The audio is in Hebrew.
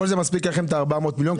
ולכל זה מספיקים לכם את ה-400 מיליון,